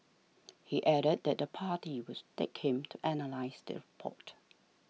he added that the party was take Kim to analyse the report